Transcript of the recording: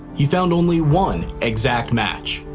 he found only one exact match,